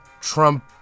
Trump